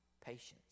patience